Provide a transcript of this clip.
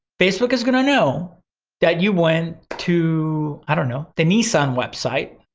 facebook is gonna know that you went to, i don't know, the nissan website,